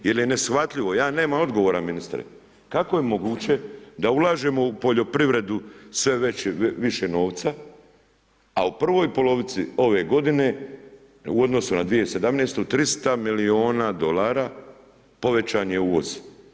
Jer je neshvatljivo, ja nemam odgovora ministre kako je moguće da ulažemo u poljoprivredu sve više novca a u prvoj polovici ove godine u odnosu na 2017. 300 milijuna dolara povećan je uvoz.